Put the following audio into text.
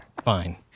Fine